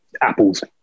Apple's